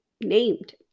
named